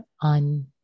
on